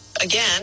again